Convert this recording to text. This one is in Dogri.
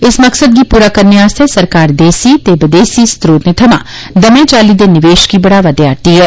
इस मकसद गी पूरा करने आस्तै सरकार देसी ते वदेशी स्रोतें थमां दवै चाल्ली दे निवेश गी बढ़ावा देआ रदी ऐ